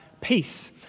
peace